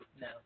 No